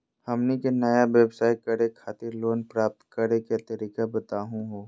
हमनी के नया व्यवसाय करै खातिर लोन प्राप्त करै के तरीका बताहु हो?